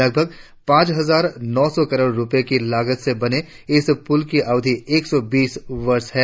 लगभग पांच हजार नौ सौ करोड़ रुपए की लागत से बने इस पुल की अवधि एक सौ बीस वर्ष है